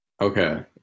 Okay